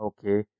Okay